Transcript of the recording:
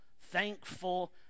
thankful